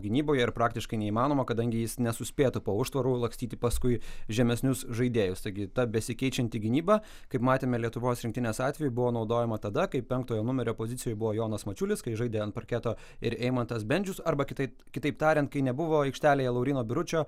gynyboj ir praktiškai neįmanoma kadangi jis nesuspėtų po užtvarų lakstyti paskui žemesnius žaidėjus taigi ta besikeičianti gynyba kaip matėme lietuvos rinktinės atveju buvo naudojama tada kai penktojo numerio pozicijoj buvo jonas mačiulis kai žaidė ant parketo ir eimantas bendžius arba kitaip kitaip tariant kai nebuvo aikštelėje lauryno biručio